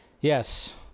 Yes